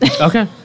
Okay